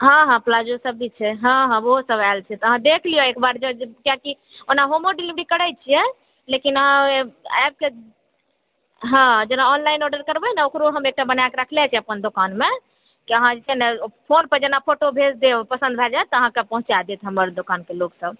हँ हँ प्लाजो सब भी छै हँ हँ ओहो सब आयल छै अहाँ देख लिअ एकबार जे कियाकि ओना होमो डिलेवरी करै छियै आओर तऽ अबि कऽ देख हँ जेना ऑनलाइन ऑर्डर करबै ने ओकरो हम एकटा बनएके रखने रहै छियै अपना दुकानमे कि अहाँ जे छी ने फोन पर जेना फोटो भेज दियौ पसन्द भऽ जायत तऽ अहाँके पहुँचा देत हमर दुकानके लोग सब